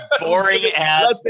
boring-ass